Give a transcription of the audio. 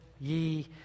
ye